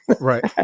Right